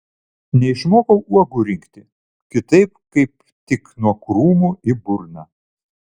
neišmokau uogų rinkti kitaip kaip tik nuo krūmų į burną